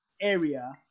area